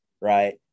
Right